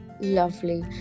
Lovely